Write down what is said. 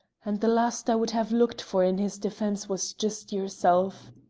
and the last i would have looked for in his defence was just yourself.